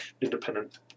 independent